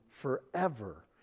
forever